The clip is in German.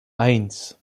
eins